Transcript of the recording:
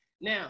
Now